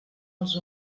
els